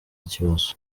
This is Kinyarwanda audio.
kibazo